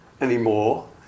anymore